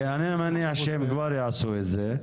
אני מניח שהם כבר יעשו את זה,